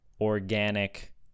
organic